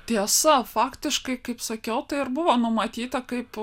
tiesa faktiškai kaip sakiau tai ir buvo numatyta kaip